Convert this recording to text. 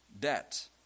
debt